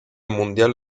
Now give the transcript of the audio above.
mundial